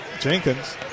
Jenkins